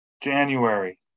January